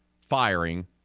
firing